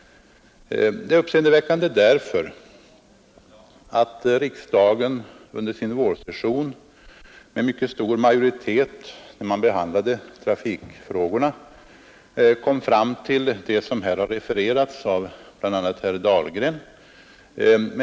Vårriksdagen fattade nämligen vid sin behandling av trafikfrågorna med mycket stor majoritet det beslut som här refererats av bl.a. herr Dahlgren.